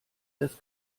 das